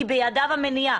כי בידיו המניעה.